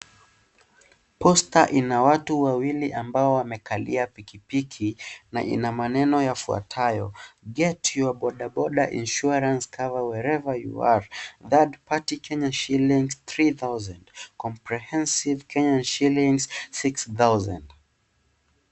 Posta ina watu wawili ambao wamekalia pikipiki na ina maneno yafuatayo get your boda boda insurance cover whenever you are third party Kenya shilings 3000 , comprehensive kenya shillings 6000 .